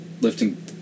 Lifting